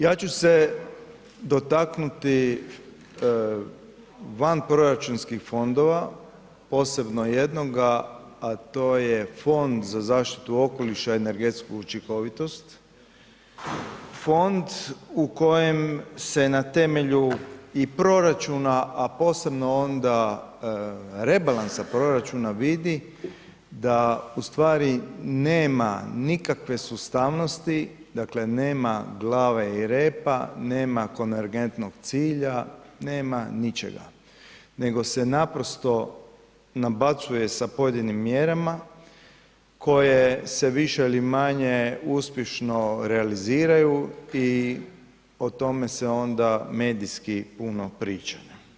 Ja ću se dotaknuti vanproračunskih fondova, posebno jednoga a to je Fond za zaštitu okoliša i energetsku učinkovitost, fond u kojem se na temelju i proračuna a posebno onda rebalansa proračuna vidi da ustvari nema nikakve sustavnosti dakle nema glave i repa, nema konvergentnog cilja, nema ničega nego se naprosto nabacuje sa pojedinim mjerama se koje se više ili manje uspješno realiziraju i o tome se onda medijski puno priča.